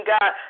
God